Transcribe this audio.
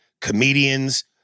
comedians